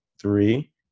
three